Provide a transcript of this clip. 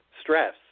stress